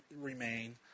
remain